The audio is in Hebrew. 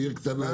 עיר קטנה...